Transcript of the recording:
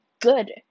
good